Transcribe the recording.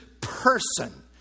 person